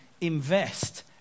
invest